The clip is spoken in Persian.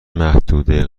محدوده